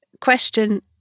question